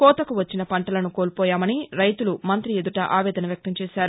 కోతకు వచ్చిన పంటలను కోల్పోయామని రైతులు మంత్రి ఎదుట ఆవేదన వ్యక్తం చేశారు